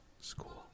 school